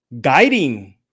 guiding